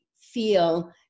feel